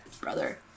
Brother